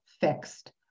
fixed